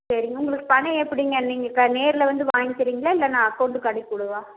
சரிங்க உங்களுக்கு பணம் எப்படிங்க நீங்கள் நேரில் வந்து வாங்கிக்கிறிங்களா இல்லை நான் அக்கௌன்ட்டுக்கு அனுப்பிவிடவா